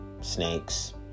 snakes